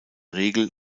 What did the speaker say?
regel